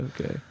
Okay